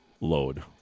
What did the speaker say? load